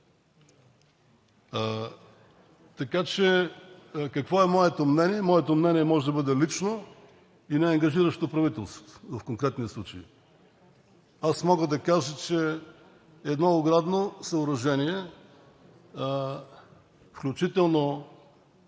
Така че какво да е моето мнение? Моето мнение може да бъде лично и неангажиращо правителството в конкретния случай. Аз мога да кажа, че едно оградно съоръжение, включително